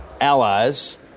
allies